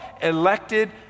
elected